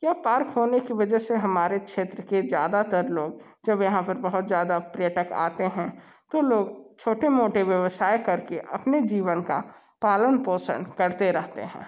यह पार्क होने की वजह से हमारे क्षेत्र के ज़्यादातर लोग जब यहाँ पर बहुत ज़्यादा पर्यटक आते हैं तो लोग छोटे मोटे व्यवसाय करके अपने जीवन का पालन पोषण करते रहते हैं